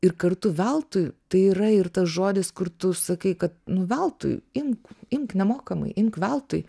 ir kartu veltui tai yra ir tas žodis kur tu sakai kad nu veltui imk imk nemokamai imk veltui